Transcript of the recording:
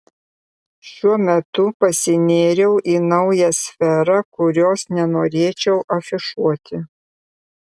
šiuo metu pasinėriau į naują sferą kurios nenorėčiau afišuoti